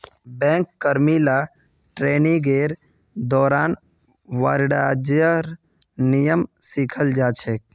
bank कर्मि ला ट्रेनिंगेर दौरान वाणिज्येर नियम सिखाल जा छेक